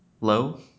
Low